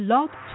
Love